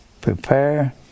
Prepare